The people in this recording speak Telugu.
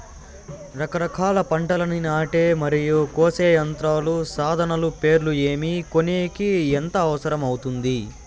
రకరకాల పంటలని నాటే మరియు కోసే యంత్రాలు, సాధనాలు పేర్లు ఏమి, కొనేకి ఎంత అవసరం అవుతుంది?